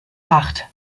acht